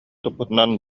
туппутунан